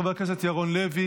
חבר הכנסת מנסור עבאס,